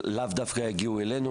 ולאו דווקא יגיעו אלינו.